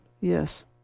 Yes